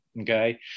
Okay